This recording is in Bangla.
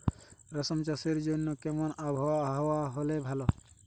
রেশম চাষের জন্য কেমন আবহাওয়া হাওয়া হলে ভালো?